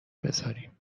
بزاریم